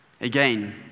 Again